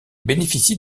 bénéficie